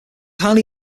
highly